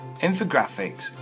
Infographics